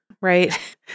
right